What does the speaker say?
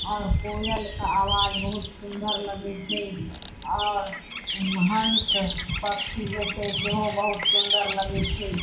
आओर कोयलके आवाज बहुत सुन्दर लगै छै आओर हंश पक्षी जे छै सेहो बहुत सुन्दर लगै छै